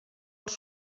els